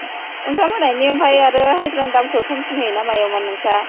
ओंखाम होनायनि आमफ्राय आरो हाजिरानि दामखौ खमसिन होयो ना मायोमोन नोंस्रा